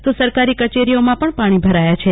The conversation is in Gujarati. તો સરકારી કચેરીઓમાં પણ પા ણી ભરાયા છે